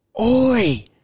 Oi